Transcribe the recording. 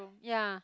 ya